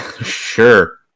Sure